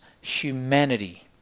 humanity